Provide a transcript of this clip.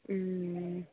ಹ್ಞೂ